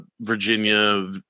Virginia